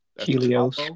Helios